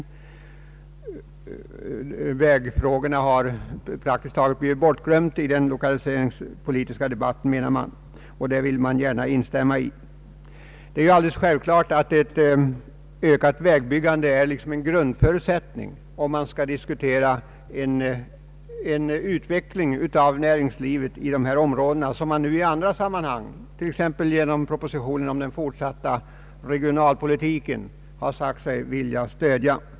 Vägfrågorna har praktiskt taget blivit bortglömda i den lokaliseringspolitiska debatten, anses det, och jag vill instämma häri. Det är alldeles självklart att ett ökat vägbyggande är en grundförutsättning för utvecklingen av näringslivet i lokaliseringsområdena. En sådan utveckling har man i andra sammanhang, t.ex. i propositionen om den fortsatta regionalpolitiken, sagt sig vilja stödja.